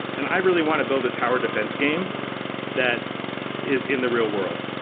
and i really want to build a tower defense game that is in the real world.